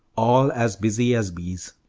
all as busy as bees.